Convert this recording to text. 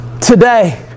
Today